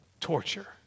torture